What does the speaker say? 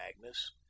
magnus